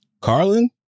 Carlin